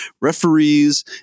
referees